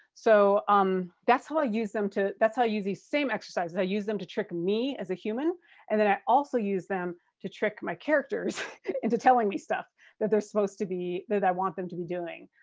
so um that's how i'll use them to, that's how i'll use these same exercises. i use them to trick me as a human and then i also use them to trick my characters into telling me stuff that they're supposed to be, that i want them to be doing.